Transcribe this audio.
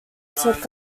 took